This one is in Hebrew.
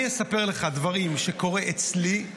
אני אספר לך דברים שקורים אצלי,